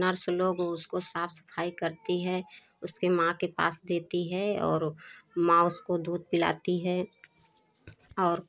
nurse लोग उसको साफ सफाई करती है उसके माँ के पास देती है और माँ उसको दूध पिलाती हैं और